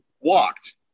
walked